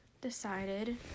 decided